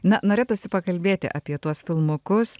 na norėtųsi pakalbėti apie tuos filmukus